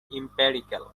empirical